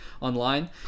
online